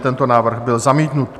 Tento návrh byl zamítnut.